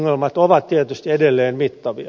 ongelmat ovat tietysti edelleen mittavia